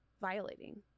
violating